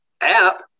app